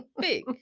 big